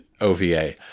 OVA